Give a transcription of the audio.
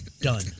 done